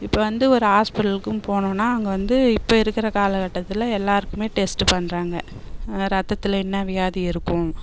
இப்போ வந்து ஒரு ஹாஸ்ப்பிட்டலுக்கும் போனோனால் அங்கே வந்து இப்போ இருக்கிற காலகட்டத்தில் எல்லாேருக்குமே டெஸ்ட்டு பண்ணுறாங்க இரத்தத்தில் என்ன வியாதி இருக்கும்